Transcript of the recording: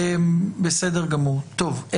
בואו נקווה שבכך סיימנו.